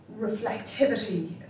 reflectivity